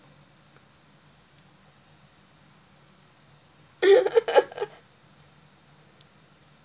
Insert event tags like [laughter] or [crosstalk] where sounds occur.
[laughs]